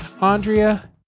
Andrea